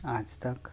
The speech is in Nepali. आजतक